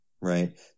right